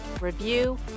review